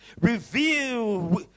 reveal